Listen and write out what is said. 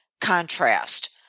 contrast